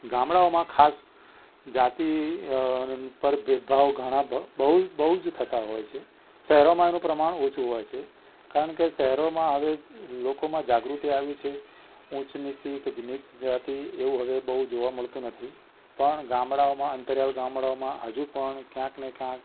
ગામડાઓમાં ખાસ જાતિ પર ભેદભાવ ઘણા બહુ જ બહુ જ થતા હોય છે શહેરોમાં એનું પ્રમાણ ઓછું હોય છે કારણ કે શહેરોમાં હવે લોકોમાં જાગૃતિ આવી છે ઊંચ નીચની કે નીચ જાતિ એવું હવે બહુ જોવા મળતું નથી પણ ગામડાઓમાં અંતરિયાળ ગામડાઓમાં હજી પણ ક્યાંકને ક્યાંક